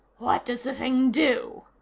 what does the thing do?